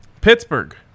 Pittsburgh